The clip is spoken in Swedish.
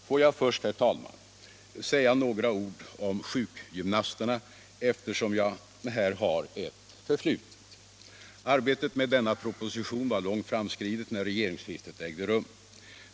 Får jag först, herr talman, säga några ord om sjukgymnasterna, eftersom jag här har ett förflutet. Arbetet med propositionen var långt framskridet när regeringsskiftet ägde rum.